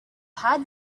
had